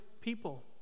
people